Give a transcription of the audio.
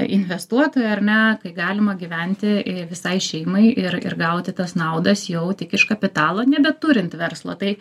investuotojai ar ne kai galima gyventi i visai šeimai ir ir gauti tas naudas jau tik iš kapitalo nebeturint verslo tai